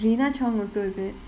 rena chong also is it